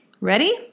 Ready